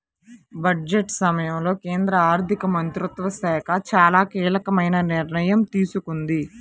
budget సమయంలో కేంద్ర ఆర్థిక మంత్రిత్వ శాఖ చాలా కీలకమైన నిర్ణయాలు తీసుకుంది